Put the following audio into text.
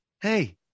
hey